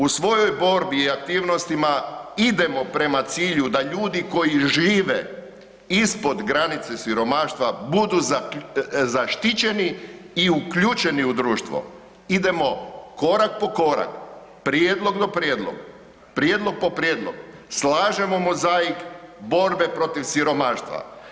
U svojoj borbi i aktivnostima idemo prema cilju da ljudi koji žive ispod granice siromaštva budu zaštićeni i uključeni u društvo. idemo korak po korak. prijedlog do prijedloga, prijedlog po prijedlog slažemo mozaik borbe protiv siromaštva.